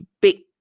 big